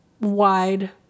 wide